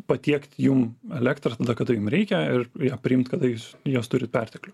patiekti jum elektrą tada kada jum reikia ir ją priimt kada jūs jos turit perteklių